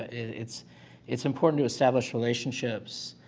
it's it's important to establish relationships,